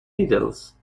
beatles